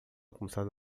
começando